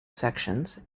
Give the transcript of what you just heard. sections